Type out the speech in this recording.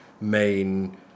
main